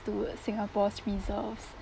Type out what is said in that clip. to singapore's reserves